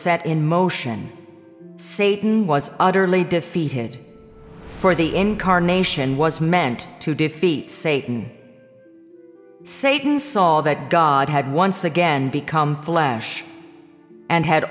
set in motion satan was utterly defeated for the incarnation was meant to defeat satan satan saw that god had once again become flesh and had